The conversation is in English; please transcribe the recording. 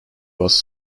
was